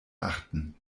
achten